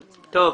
החוק.